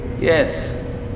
Yes